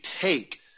take